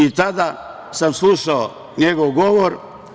I tada sam slušao njegov govor.